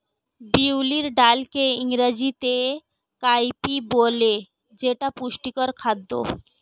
বিউলির ডালকে ইংরেজিতে কাউপি বলে যেটা পুষ্টিকর খাদ্য